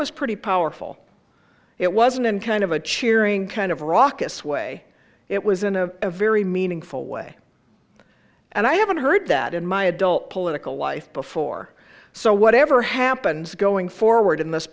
was pretty powerful it wasn't in kind of a cheering kind of raucous way it was in a very meaningful way and i haven't heard that in my adult political life before so whatever happens going forward in this